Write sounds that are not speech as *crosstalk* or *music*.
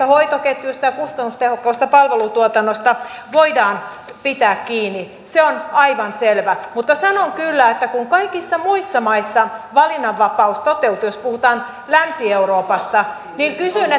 *unintelligible* hoitoketjuista ja kustannustehokkaasta palvelutuotannosta voidaan pitää kiinni se on aivan selvä mutta kun kaikissa muissa maissa valinnanvapaus toteutuu jos puhutaan länsi euroopasta niin kysyn *unintelligible*